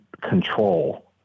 control